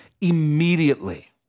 immediately